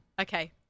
Okay